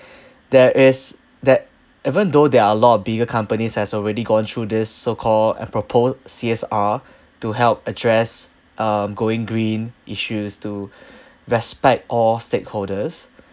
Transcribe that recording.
there is that even though there are a lot bigger companies has already gone through this so-called and proposed C_S_R to help address um going green issues to respect all stakeholders